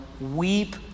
weep